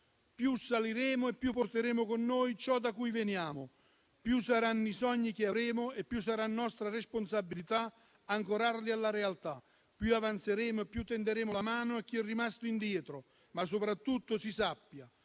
saliremo e più porteremo con noi ciò da cui proveniamo. Più saranno i sogni che avremo e più sarà nostra responsabilità ancorarli alla realtà. Più avanzeremo e più tenderemo la mano a chi è rimasto indietro. Ma, soprattutto, si sappia,